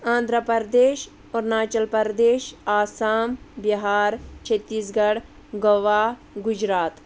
Andhra Pradesh Arunachal Pradesh Assam Bihar Chhattisgarh Goa Gujarat